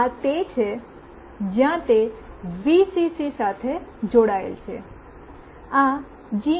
આ તે છે જ્યાં તે વીસીસી સાથે જોડાયેલ છે આ જી